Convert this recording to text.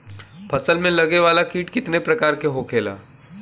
फसल में लगे वाला कीट कितने प्रकार के होखेला?